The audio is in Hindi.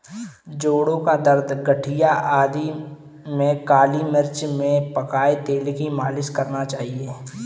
जोड़ों का दर्द, गठिया आदि में काली मिर्च में पकाए तेल की मालिश करना चाहिए